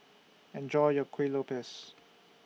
Enjoy your Kuih Lopes